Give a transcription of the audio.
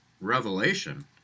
revelation